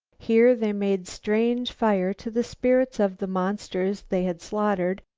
here they made strange fire to the spirits of the monsters they had slaughtered,